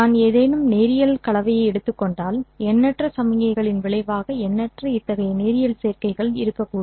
நான் ஏதேனும் நேரியல் கலவையை எடுத்துக் கொண்டால் எண்ணற்ற சமிக்ஞைகளின் விளைவாக எண்ணற்ற இத்தகைய நேரியல் சேர்க்கைகள் இருக்கக்கூடும்